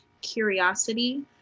curiosity